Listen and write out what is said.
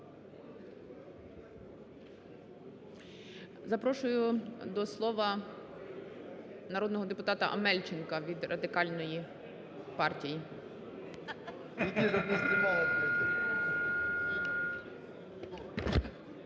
Запрошую до слова народного депутата Амельченка від Радикальної партії.